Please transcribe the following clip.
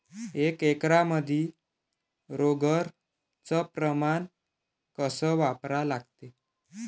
एक एकरमंदी रोगर च प्रमान कस वापरा लागते?